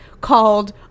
called